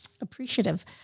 appreciative